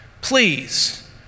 please